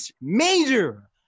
major